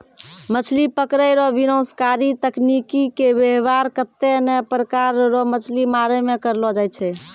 मछली पकड़ै रो विनाशकारी तकनीकी के वेवहार कत्ते ने प्रकार रो मछली मारै मे करलो जाय छै